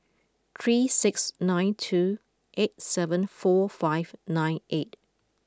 three six nine two eight seven four five nine eight